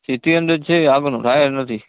city hundred છે આગળનું tyre નથી